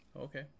Okay